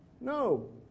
no